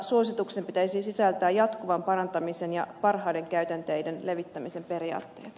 suosituksen pitäisi sisältää jatkuvan parantamisen ja parhaiden käytänteiden levittämisen periaatteet